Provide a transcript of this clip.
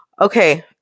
Okay